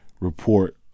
report